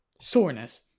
soreness